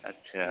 अच्छा